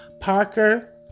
Parker